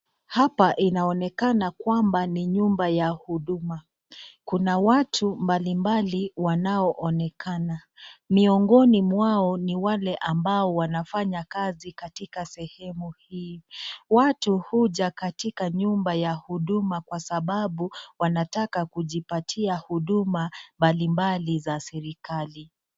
Hapa inaonekana kwamba ni nyumba ya huduma. Kuna watu mbalimbali wanaonekana. miongoni mwao ni wale ambao wanafanya kazi katika sehemu hii watu huja katikati nyumba ya huduma kwa sababu wanataka kujipatia huduma mbalimbali za serikali.